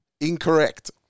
Incorrect